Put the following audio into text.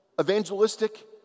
evangelistic